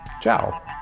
ciao